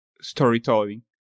storytelling